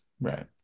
Right